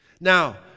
now